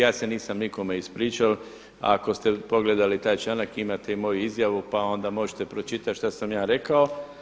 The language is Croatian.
Ja se nisam nikome ispričao, ako ste pogledali taj članak imate i moju izjavu pa onda možete pročitati šta sam ja rekao.